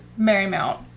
Marymount